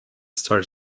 start